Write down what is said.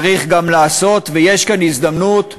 צריך גם לעשות, ויש כאן הזדמנות למדינה,